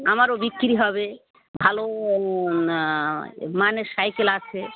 আমারও বিক্রি হবে ভালো মানে সাইকেল আছে